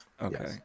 Okay